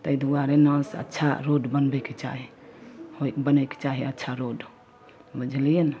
ताहि दुआरे अच्छा रोड बनबैके चाही बनैके चाही अच्छा रोड बुझलियै ने